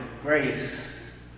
Grace